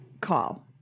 call